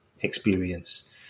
experience